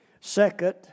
Second